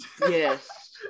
Yes